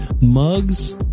mugs